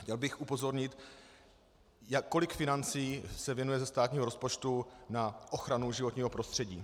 Chtěl bych upozornit, kolik financí se věnuje ze státního rozpočtu na ochranu životního prostředí.